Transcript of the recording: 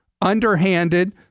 underhanded